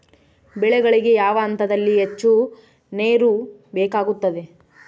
ಬೆಳೆಗಳಿಗೆ ಯಾವ ಹಂತದಲ್ಲಿ ಹೆಚ್ಚು ನೇರು ಬೇಕಾಗುತ್ತದೆ?